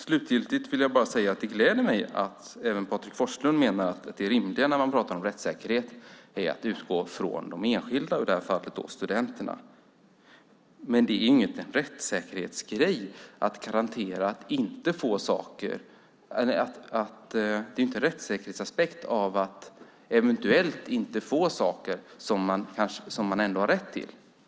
Slutligen vill jag bara säga att det gläder mig att även Patrik Forslund menar att det rimliga när man pratar om rättssäkerhet är att utgå från de enskilda, i detta fall studenterna. Men det är ingen rättssäkerhetsaspekt att eventuellt inte få saker som man ändå har rätt till.